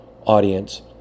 audience